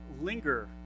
linger